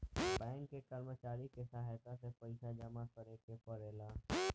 bank के कर्मचारी के सहायता से पइसा जामा करेके पड़ेला